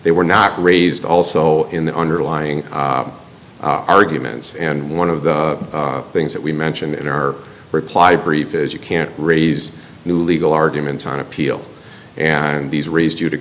they were not raised also in the underlying arguments and one of the things that we mentioned in her reply brief is you can't raise new legal arguments on appeal and these raised you to